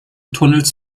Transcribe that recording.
tunnels